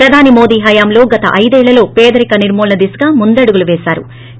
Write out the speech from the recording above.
ప్రధాని మోదీ హయాంలో గత అయిదేళ్లలో పదరిక నిర్మూలన దిశగా ముందడుగు పేశారు